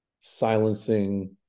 silencing